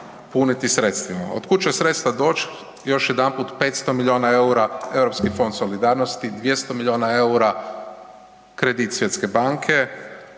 puniti sredstvima. Od kud će sredstva doći? Još jedanput 500 miliona EUR-a Europski fond solidarnosti, 200 miliona EUR-a kredit Svjetske banke,